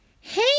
Hey